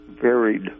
varied